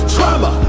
Trauma